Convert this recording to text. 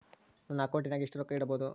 ನನ್ನ ಅಕೌಂಟಿನಾಗ ಎಷ್ಟು ರೊಕ್ಕ ಇಡಬಹುದು?